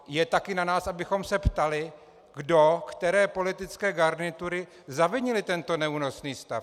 Je taky na nás, abychom se ptali, kdo, které politické garnitury zavinily tento neúnosný stav.